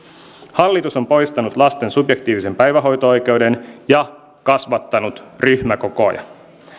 hallitus on poistanut lasten subjektiivisen päivähoito oikeuden ja kasvattanut ryhmäkokoja